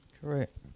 Correct